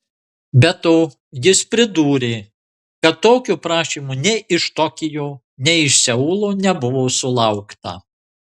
be to jis pridūrė kad tokio prašymo nei iš tokijo nei iš seulo nebuvo sulaukta